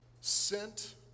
sent